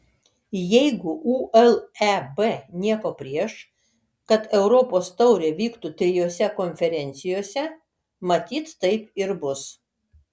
jeigu uleb nieko prieš kad europos taurė vyktų trijose konferencijose matyt taip ir bus